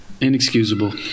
Inexcusable